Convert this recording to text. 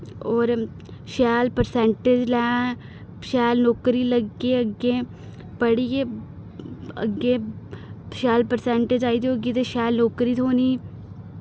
और शैल परसैंटेज लैं शैल नौकरी लग्गी अग्गें पढ़ियै अग्गें शैल परसैंटेज आई दी होगी ते शैल नौकरी थोनी